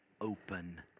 open